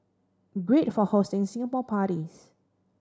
great for hosting Singapore parties